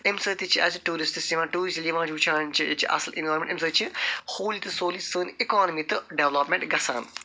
تَمہِ سۭتۍ تہِ چھِ اَسہِ ٹوٗرِسٹٕس یِوان ٹوٗرِسٹٕس ییٚلہِ یِوان چھِ وٕچھان چھِ ییٚتہِ چھ اصٕل اِنوارمٮ۪نٛٹ اَمہِ سۭتۍ چھِ ہولی تہٕ سولی سٲنۍ اکانمی تہٕ ڈٮ۪ولپمٮ۪نٛٹ گَژھان